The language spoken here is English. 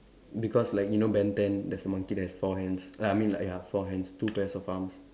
because like you know Ben ten there's a monkey that has four hands uh I mean like ya four hands two pairs of arms